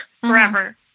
forever